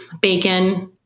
bacon